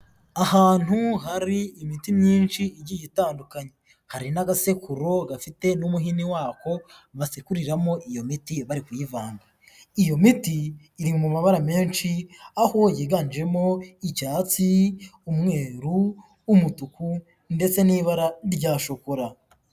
Ahantu hari imiti myinshi igiye itandukanye, hari n'agasekururo gafite n'umuhini wako basekuriramo iyo miti bari kuyivanga, iyo miti iri mu mabara menshi aho yiganjemo: icyatsi umweru, umutuku ndetse n'ibara rya shokora.